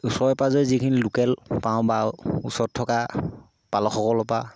ওচৰে পাঁজৰে যিখিনি লোকেল পাওঁ বা ওচৰত থকা পালকসকলৰ পৰা